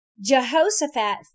Jehoshaphat